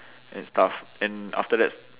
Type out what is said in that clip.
and stuff and after that